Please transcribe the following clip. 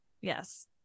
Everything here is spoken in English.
yes